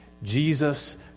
Jesus